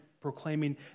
proclaiming